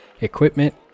equipment